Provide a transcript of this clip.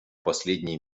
последние